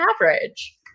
average